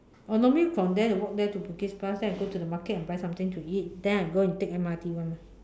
oh normally from there walk there to Bugis plus then I go to the Market and buy something to eat then I go and take M_R_T [one] mah